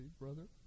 brother